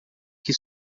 que